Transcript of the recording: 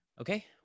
Okay